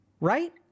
Right